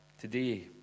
today